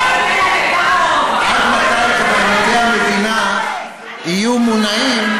עד מתי קברניטי המדינה יהיו מונעים,